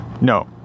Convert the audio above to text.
No